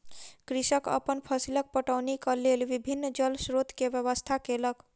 कृषक अपन फसीलक पटौनीक लेल विभिन्न जल स्रोत के व्यवस्था केलक